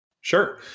Sure